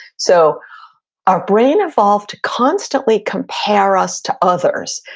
so our brain evolved to constantly compare us to others.